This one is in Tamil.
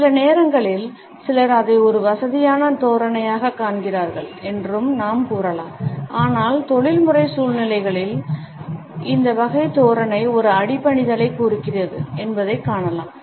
சில நேரங்களில் சிலர் அதை ஒரு வசதியான தோரணையாகக் காண்கிறார்கள் என்றும் நாம் கூறலாம் ஆனால் தொழில்முறை சூழ்நிலைகளில் இந்த வகை தோரணை ஒரு அடிபணிதலைக் குறிக்கிறது என்பதைக் காணலாம்